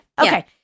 Okay